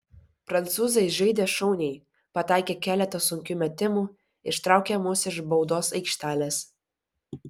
prancūzai žaidė šauniai pataikė keletą sunkių metimų ištraukė mus iš baudos aikštelės